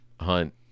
Hunt